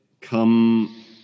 come